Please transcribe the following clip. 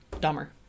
dumber